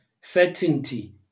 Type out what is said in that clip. certainty